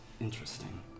interesting